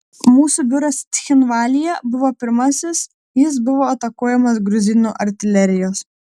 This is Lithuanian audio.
mūsų biuras cchinvalyje buvo pirmasis jis buvo atakuojamas gruzinų artilerijos